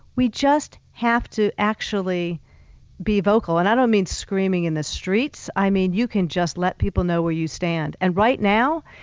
we just have to actually be vocal and i don't mean screaming in the streets, i mean you can just let people know where you stand and right now,